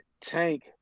Tank